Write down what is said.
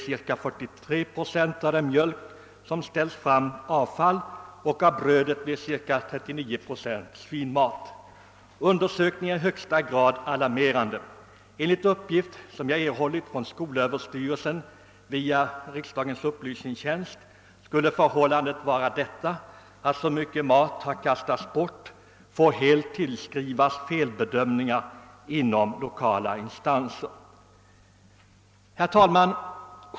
Cirka 43 procent av den mjölk som ställts fram blev avfall, och av brödet blev cirka 39 procent svinmat. Undersökningen är i högsta grad alarmerande. Enligt uppgift som jag erhållit från skolöverstyrelsen via riksdagens upplysningstjänst skulle det förhållandet att så mycket mat har kastats bort helt få tillskrivas felbedömningar inom lokala instanser. Herr talman!